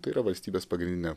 tai yra valstybės pagrindinė